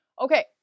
Okay